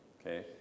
okay